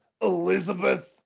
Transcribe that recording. Elizabeth